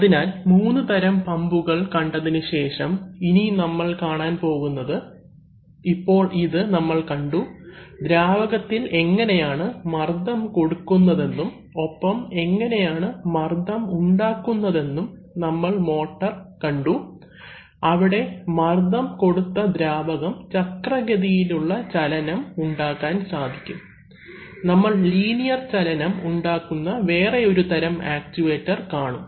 അതിനാൽ മൂന്നുതരം പമ്പുകൾ കണ്ടതിനുശേഷം ഇനി നമ്മൾ കാണാൻ പോകുന്നത് ഇപ്പോൾ ഇത് നമ്മൾ കണ്ടു ദ്രാവകത്തിൽ എങ്ങനെയാണ് മർദ്ദം കൊടുക്കുന്നതെന്നും ഒപ്പം എങ്ങനെയാണ് മർദ്ദം ഉണ്ടാക്കുന്നതെന്നും നമ്മൾ മോട്ടർ കണ്ടു അവിടെ മർദ്ദം കൊടുത്ത ദ്രാവകം ചക്ര ഗതിയിലുള്ള ചലനം ഉണ്ടാക്കാൻ സാധിക്കും നമ്മൾ ലീനിയർ ചലനം ഉണ്ടാക്കുന്ന വേറെ ഒരു തരം ആക്ചുവെറ്റർ കാണും